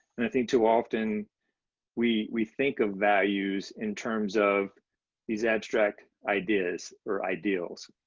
and i think too often we we think of values in terms of these abstract ideas or ideals,